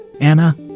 Anna